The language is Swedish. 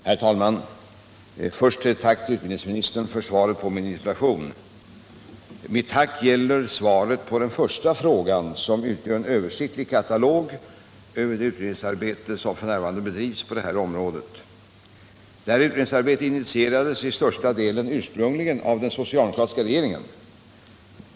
Herr talman! Först ett tack till utbildningsministern för svaret på min interpellation. Mitt tack gäller svaret på den första frågan, som utgör en översiktlig katalog över det utredningsarbete som för nävarande bedrivs på detta område. Detta utredningsarbete initierades i största delen ursprungligen av den socialdemokratiska regeringen.